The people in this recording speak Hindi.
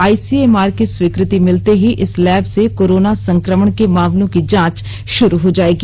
आईसीएमआर की स्वीकृ ति मिलते ही इस लैब से कोरोना संक्रमण के मामलों की जांच शुरू हो जाएगी